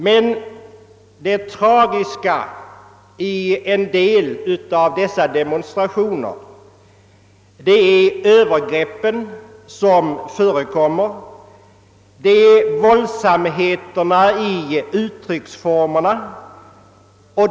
Men det tragiska i en del av dessa demonstrationer är de övergrepp som förekommer och de våldsamheter i uttrycksformerna som förekommer.